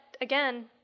again